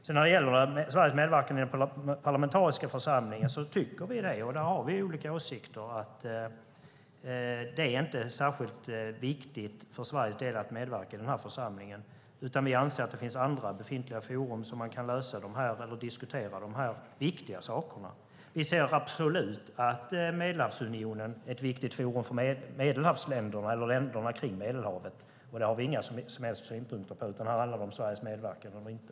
Vad gäller Sveriges medverkan i den parlamentariska församlingen tycker vi, och där har vi olika åsikter, att det inte är särskilt viktigt för Sveriges del att medverka i den. Vi anser att det finns andra, befintliga forum där man kan lösa eller diskutera de här viktiga sakerna. Vi ser absolut att Medelhavsunionen är ett viktigt forum för länderna kring Medelhavet. Det har vi inga som helst synpunkter på, utan här handlar det om Sveriges medverkan eller inte.